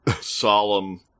solemn